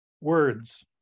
Words